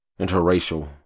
interracial